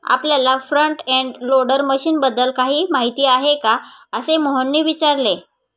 आपल्याला front end loader मशीनबद्दल काही माहिती आहे का, असे मोहनने विचारले?